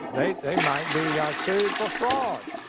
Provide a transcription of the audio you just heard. they might be ah sued for fraud.